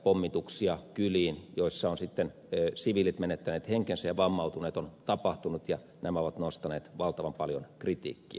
pommituksia kyliin joissa ovat sitten siviilit menettäneet henkensä ja vammautuneet on tapahtunut ja nämä ovat nostaneet valtavan paljon kritiikkiä